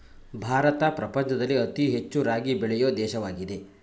ಭಾರತ ಪ್ರಪಂಚದಲ್ಲಿ ಅತಿ ಹೆಚ್ಚು ರಾಗಿ ಬೆಳೆಯೊ ದೇಶವಾಗಿದೆ